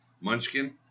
munchkin